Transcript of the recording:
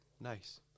nice